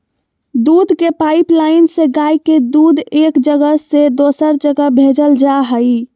दूध के पाइपलाइन से गाय के दूध एक जगह से दोसर जगह भेजल जा हइ